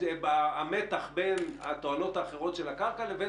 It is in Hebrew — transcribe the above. המתח בין התועלות האחרות של הקרקע לבין